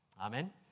Amen